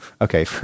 Okay